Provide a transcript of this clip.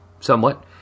somewhat